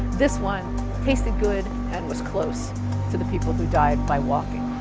this one tasted good and was close to the people who died by walking.